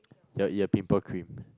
your your pimple cream